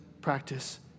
practice